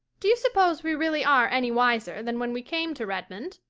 do you suppose we really are any wiser than when we came to redmond?